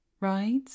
right